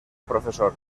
professor